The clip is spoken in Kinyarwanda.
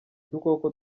dukoko